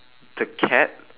the cat